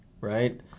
right